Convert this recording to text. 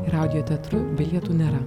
ir audio teatro bilietų nėra